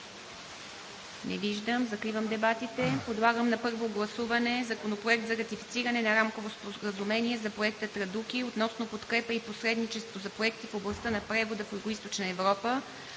Не виждам. Закривам дебатите. Подлагам на първо гласуване Законопроект за ратифициране на Рамково споразумение за Проекта „Традуки“ относно подкрепа и посредничество за проекти в областта на превода в Югоизточна Европа,